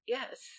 Yes